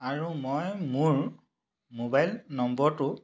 আৰু মই মোৰ মোবাইল নম্বৰটো